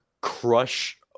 Crush